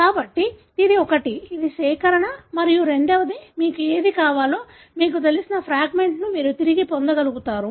కాబట్టి ఇది ఒకటి ఇది సేకరణ మరియు రెండవది మీకు ఏది కావాలో మీకు తెలిసిన ఫ్రాగ్మెంట్ ను మీరు తిరిగి పొందగలుగుతారు